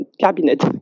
cabinet